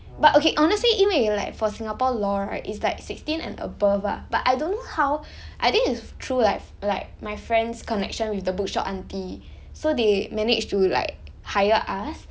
but okay honestly 因为 like for singapore law right it's like sixteen and above lah but I don't know how I think is through like like my friend's connection with the bookshop aunty so they managed to like hire us